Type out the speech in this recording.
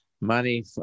money